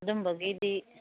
ꯑꯗꯨꯒꯨꯝꯕꯒꯤꯗꯤ